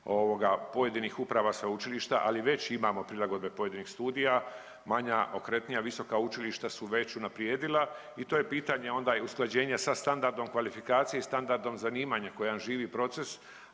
pojedinih uprava sveučilišta. Ali već imamo prilagodbe pojedinih studija, manja, okretnija, visoka učilišta su već unaprijedila i to je pitanje onda i usklađenja sa standardom kvalifikacije i standardom zanimanja koji je jedan živi proces.